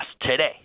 today